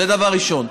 זה דבר ראשון.